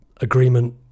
agreement